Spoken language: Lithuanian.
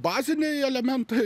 baziniai elementai